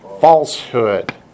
Falsehood